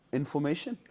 information